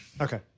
Okay